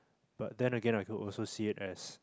but then Again I could see it as